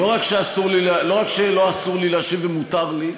לא רק שלא אסור לי להשיב, ומותר לי,